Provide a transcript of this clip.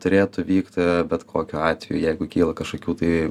turėtų vykti bet kokiu atveju jeigu kyla kažkokių tai